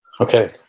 Okay